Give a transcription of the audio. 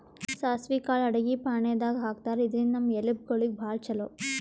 ಸಾಸ್ವಿ ಕಾಳ್ ಅಡಗಿ ಫಾಣೆದಾಗ್ ಹಾಕ್ತಾರ್, ಇದ್ರಿಂದ್ ನಮ್ ಎಲಬ್ ಗೋಳಿಗ್ ಭಾಳ್ ಛಲೋ